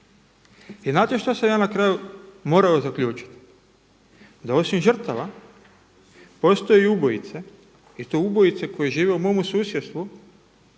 I znate šta sam ja na kraju morao zaključiti? Da osim žrtava postoje i ubojice i to ubojice koje žive u mome susjedstvu,